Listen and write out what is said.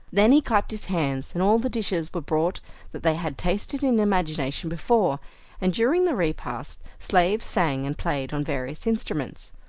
then he clapped his hands, and all the dishes were brought that they had tasted in imagination before and during the repast, slaves sang and played on various instruments.